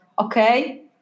okay